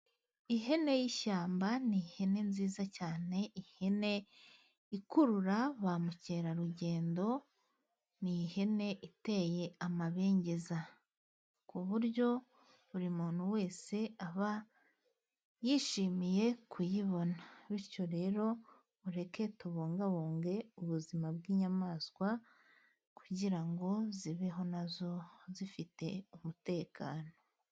Ihene y'ishyamba n'ihene nziza cyane. Ihene ikurura ba mukerarugendo, ni ihene iteye amabengeza ku buryo buri muntu wese aba yishimiye kuyibona, bityo rero mureke tubungabunge ubuzima bw'inyamaswa, kugira ngo zibeho nazo zifite umutekano.